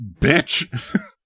bitch